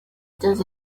does